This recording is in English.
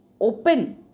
open